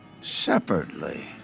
Separately